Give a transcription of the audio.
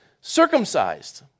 circumcised